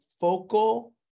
focal